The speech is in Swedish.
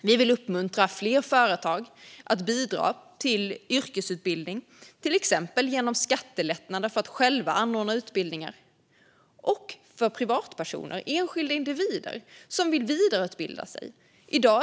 Vi vill uppmuntra fler företag att bidra till yrkesutbildning, till exempel genom skattelättnader för att själva anordna utbildningar, och för privatpersoner, enskilda individer, som vill vidareutbilda sig.